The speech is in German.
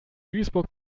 duisburg